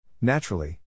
Naturally